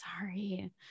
sorry